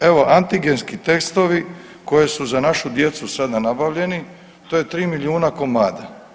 Evo, antigenski testovi koji su za našu djecu sada nabavljeni, to je 3 milijuna komada.